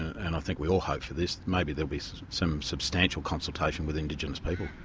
and i think we all hope for this, maybe there'll be some some substantial consultation with indigenous people.